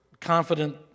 confident